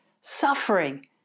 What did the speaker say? Suffering